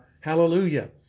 hallelujah